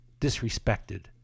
disrespected